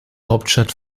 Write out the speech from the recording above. hauptstadt